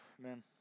man